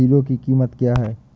Hero की कीमत क्या है?